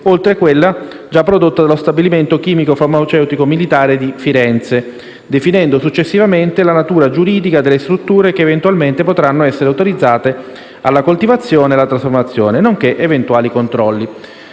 oltre a quella già prodotta dallo Stabilimento chimico-farmaceutico militare di Firenze, definendo successivamente la natura giuridica delle strutture che eventualmente potranno essere autorizzate alla coltivazione e alla trasformazione, nonché eventuali controlli.